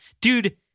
dude